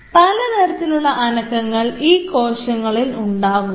പലതരത്തിലുള്ള അനക്കങ്ങൾ ഈ കോശങ്ങളിൽ ഉണ്ടാവും